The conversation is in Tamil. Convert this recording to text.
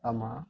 ஆமாம்